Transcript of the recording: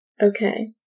okay